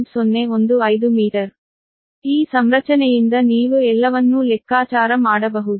ಈ ಸಂರಚನೆಯಿಂದ ನೀವು ಎಲ್ಲವನ್ನೂ ಲೆಕ್ಕಾಚಾರ ಮಾಡಬಹುದು